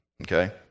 Okay